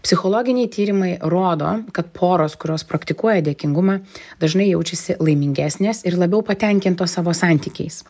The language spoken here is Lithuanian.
psichologiniai tyrimai rodo kad poros kurios praktikuoja dėkingumą dažnai jaučiasi laimingesnės ir labiau patenkintos savo santykiais